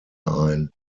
ein